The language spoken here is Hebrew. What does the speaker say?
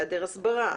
היעדר הסברה,